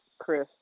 Chris